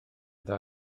dda